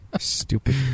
Stupid